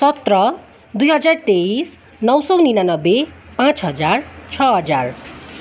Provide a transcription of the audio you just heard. सत्र दुई हजार तेइस नौ सय निनानब्बे पाँच हजार छ हजार